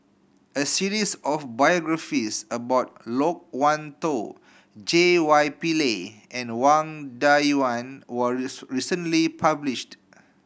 a series of biographies about Loke Wan Tho J Y Pillay and Wang Dayuan recently published